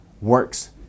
works